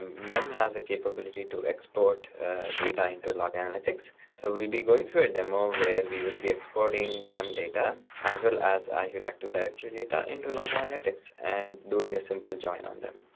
um mem has a capability to export data into log analytics. so we'll be going to a demo where we will be exporting mem data as well as azure active directory and data into log analytics and doing a simple join on them.